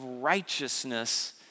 righteousness